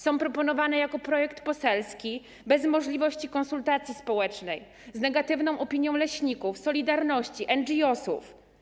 Są proponowane jako projekt poselski, bez możliwości konsultacji społecznej, z negatywną opinią leśników, „Solidarności”, NGOs.